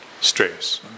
stress